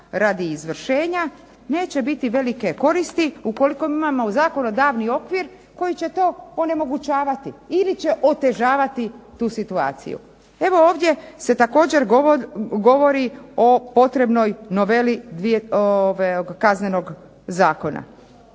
radi izvršenja, neće biti velike koristi ukoliko mi imamo zakonodavni okvir koji će to onemogućavati, ili će otežavati tu situaciju. Evo ovdje se također govori o potrebnoj noveli Kaznenog zatvora.